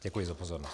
Děkuji za pozornost.